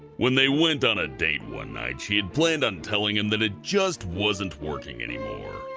when they went on a date one night, she and planned on telling him that it just wasn't working anymore,